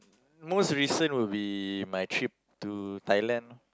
most recent will be my trip to Thailand